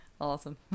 awesome